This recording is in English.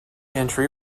entry